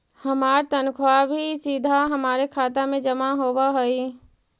हमार तनख्वा भी सीधा हमारे खाते में जमा होवअ हई